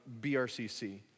BRCC